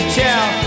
tell